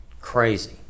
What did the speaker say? crazy